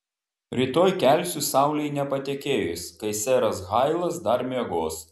rytoj kelsiu saulei nepatekėjus kai seras hailas dar miegos